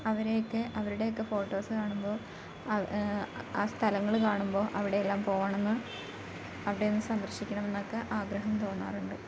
അവരെ ഒക്കെ അവരുടെ ഒക്കെ ഫോട്ടോസ് കാണുമ്പോൾ ആ ആ സ്ഥലങ്ങള് കാണുമ്പോൾ അവിടെയെല്ലാം പോകണം എന്ന് അവിടെ ഒന്ന് സന്ദർശിക്കണമെന്നൊക്കെ ആഗ്രഹം തോന്നാറുണ്ട്